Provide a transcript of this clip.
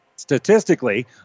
Statistically